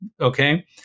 okay